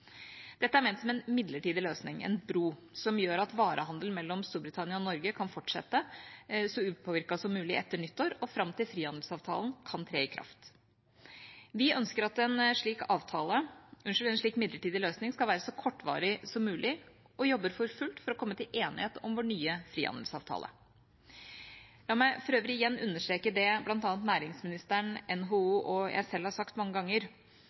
Dette er ment som en midlertidig løsning, en bro, som gjør at varehandelen mellom Storbritannia og Norge kan fortsette så upåvirket som mulig etter nyttår og fram til frihandelsavtalen kan tre i kraft. Vi ønsker at en slik midlertidig løsning skal være så kortvarig som mulig, og jobber for fullt for å komme til enighet om vår nye frihandelsavtale. La meg for øvrig igjen understreke det bl.a. næringsministeren, NHO og jeg selv har sagt mange ganger: